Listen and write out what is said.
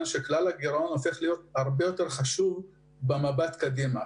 שכלל הגירעון הופך להיות חשוב יותר במבט קדימה.